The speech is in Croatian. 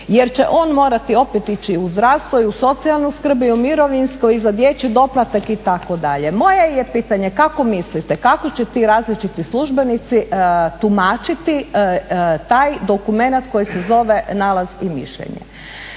jer će on morati opet ići u zdravstvo i u socijalnu skrb i u mirovinsko i za dječji doplatak itd. Moje je pitanje kako mislite kako će ti različiti službenici tumačiti taj dokumenata koji se zove nalaz i mišljenje?